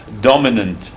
dominant